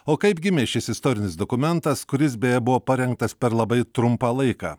o kaip gimė šis istorinis dokumentas kuris beje buvo parengtas per labai trumpą laiką